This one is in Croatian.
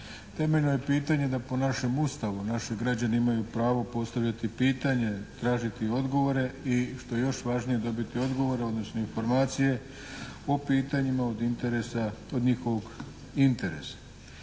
Temeljno je pitanje da po našem Ustavu naši građani imaju pravo postavljati pitanje, tražiti odgovore i što je još važnije dobiti odgovore odnosno informacije o pitanjima od interesa,